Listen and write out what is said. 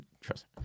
Trust